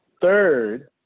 third